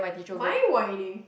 mind winding